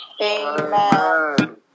Amen